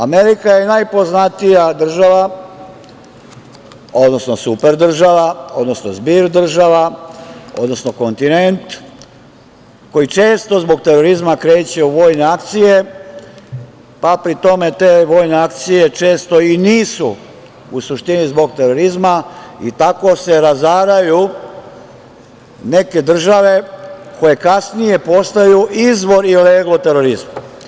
Amerika je najpoznatija država, odnosno super država, odnosno zbir država, odnosno kontinent koji često zbog terorizma kreće u vojne akcije pa pri tome te vojne akcije često i nisu u suštini zbog terorizma i tako se razaraju neke države koje kasnije postaju izvor i leglo terorizma.